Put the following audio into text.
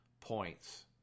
points